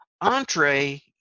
entree